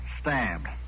Stabbed